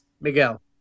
Miguel